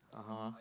(uh huh)